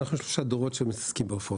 אנחנו שלושה דורות של עוסקים בעופות.